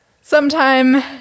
sometime